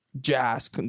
jazz